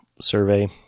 survey